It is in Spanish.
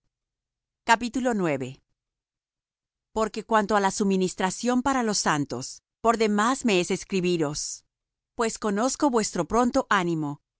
vosotros porque cuanto á la suministración para los santos por demás me es escribiros pues conozco vuestro pronto ánimo